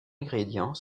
ingrédients